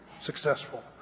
successful